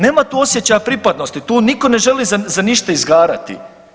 Nema tu osjećaja pripadnosti, tu nitko ne želi za ništa izgarati.